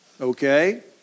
okay